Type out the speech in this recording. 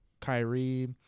Kyrie